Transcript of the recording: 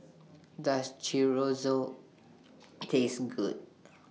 Does Chorizo Taste Good